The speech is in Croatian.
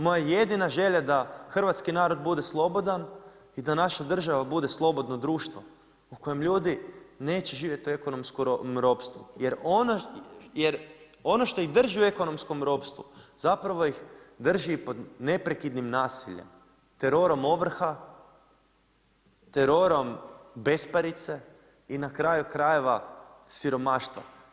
Moja je jedina želja da hrvatski narod bude slobodan i da naša država bude slobodno društvo u kojem ljudi neće živjeti u ekonomskom ropstvu jer ono što ih drži u ekonomskom ropstvu, zapravo ih drži pod neprekidnim nasiljem, terorom ovrha, terorom besparice i na kraju krajeva, siromaštva.